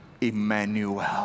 Emmanuel